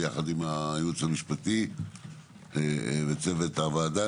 יחד עם הייעוץ המשפטי וצוות הוועדה,